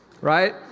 right